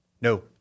No